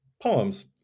poems